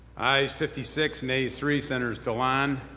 ayes fifty six, nays three, senators dilan,